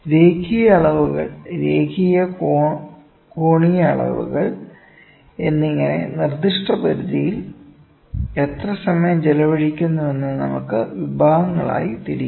രേഖീയ അളവുകൾ രേഖീയ കോണീയ അളവുകൾ എന്നിങ്ങനെ നിർദ്ദിഷ്ട പരിധിയിൽ എത്ര സമയം ചെലവഴിക്കുന്നുവെന്ന് നമുക്ക് വിഭാഗങ്ങളായി തിരിക്കാം